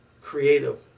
creative